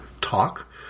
talk